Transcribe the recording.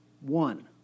one